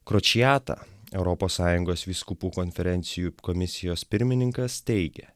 kročijata europos sąjungos vyskupų konferencijų komisijos pirmininkas teigė